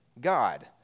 God